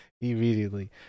Immediately